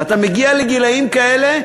ואתה מגיע לגילים כאלה,